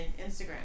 Instagram